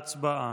הצבעה.